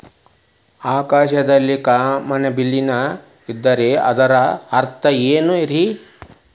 ಆಕಾಶದಲ್ಲಿ ಕಾಮನಬಿಲ್ಲಿನ ಇದ್ದರೆ ಅದರ ಅರ್ಥ ಏನ್ ರಿ?